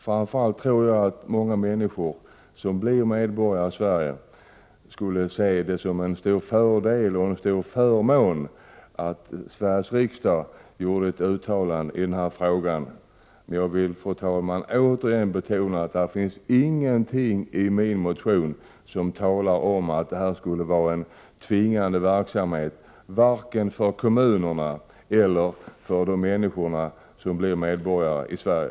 Framför allt tror jag att många människor som blir medborgare i Sverige skulle se det som en stor förmån att Sveriges riksdag gjorde ett uttalande i denna fråga. Jag vill, fru talman, återigen betona att det inte finns något i min motion som säger att detta skulle vara en tvingande verksamhet vare sig för kommunerna eller för de människor som blir medborgare i Sverige.